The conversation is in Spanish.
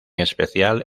especial